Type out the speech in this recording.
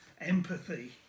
empathy